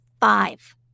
five